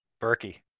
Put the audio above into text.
Berkey